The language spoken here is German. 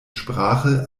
sprache